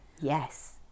yes